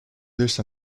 based